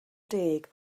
deg